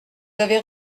avez